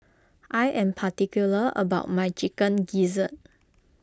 I am particular about my Chicken Gizzard